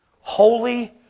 Holy